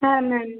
হ্যাঁ ম্যাম